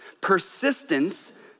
Persistence